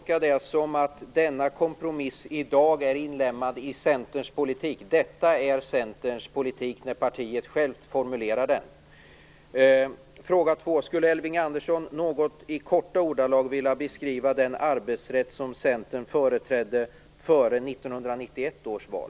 Fru talman! Skall man alltså tolka det som att denna kompromiss i dag är inlemmad i Centerns politik, och att detta är Centerns politik när partiet självt formulerar den? Fråga två: Skulle Elving Andersson i korta ordalag vilja beskriva den arbetsrätt som Centern företrädde före 1991 års val?